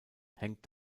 hängt